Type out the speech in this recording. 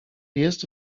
jest